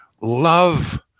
love